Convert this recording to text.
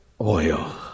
oil